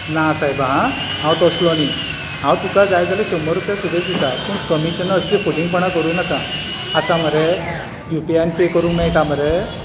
ना सायबा हां हांव तसलो न्ही हांव तुका जाय जाल्यार शंबर रूपया सुबेज दिता पूण कमिशनां असलीं फटींगपणां करूं नाका आसा मरे युपिआयन पे करूंक मेळटा मरे